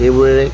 সেইবোৰে